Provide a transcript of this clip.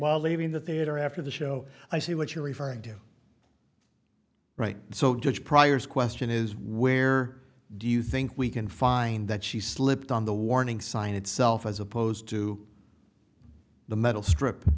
while leaving the theater after the show i see what you're referring to right so judge prior's question is where do you think we can find that she slipped on the warning sign itself as opposed to the metal strip